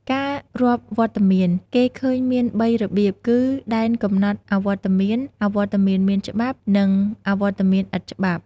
ការរាប់វត្តមានគេឃើញមានបីរបៀបគឺ ដែនកំណត់អវត្តមាន អវត្តមានមានច្បាប់ និង អវត្តមានឥតច្បាប់ ។